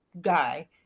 guy